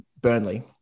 Burnley